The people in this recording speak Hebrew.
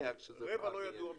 רבע לא ידוע מכי"ל.